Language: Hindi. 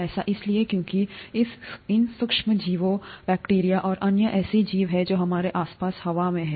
ऐसा इसलिए है क्योंकि इन सूक्ष्म जीवों बैक्टीरिया और अन्य ऐसे जीव हैं जो हमारे आसपास हवा में हैं